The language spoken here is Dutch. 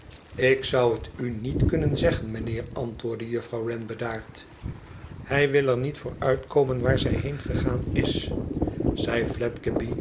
ik zou het u niet kunnen zeggen meneer antwoordde juffrouw wren bedaard thij wil er niet voor uitkomen waar zij heengegaan is zei